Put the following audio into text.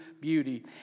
beauty